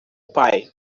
pai